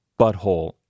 Butthole